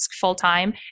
full-time